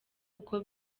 kuko